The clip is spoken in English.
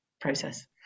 process